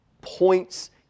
points